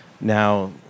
Now